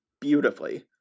beautifully